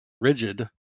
rigid